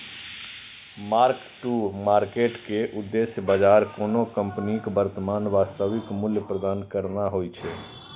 mark to market के उद्देश्य बाजार कोनो कंपनीक वर्तमान वास्तविक मूल्य प्रदान करना होइ छै